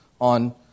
on